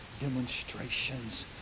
demonstrations